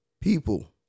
people